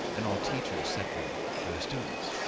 and all teachers set them for their students.